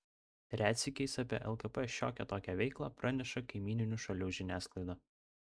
retsykiais apie lkp šiokią tokią veiklą praneša kaimyninių šalių žiniasklaida